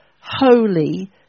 holy